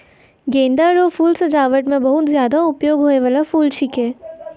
गेंदा रो फूल सजाबट मे बहुत ज्यादा उपयोग होय बाला फूल छिकै